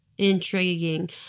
intriguing